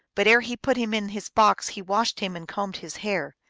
but ere he put him in his box he washed him and combed his hair,